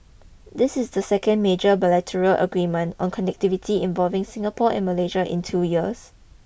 this is the second major bilateral agreement on connectivity involving Singapore and Malaysia in two years